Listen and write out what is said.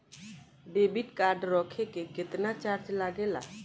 Debit card रखे के केतना चार्ज लगेला?